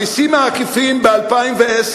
המסים העקיפים ב-2010,